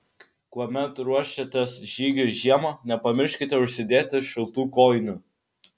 kuomet ruošiatės žygiui žiemą nepamirškite užsidėti šiltų kojinių